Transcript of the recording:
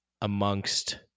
amongst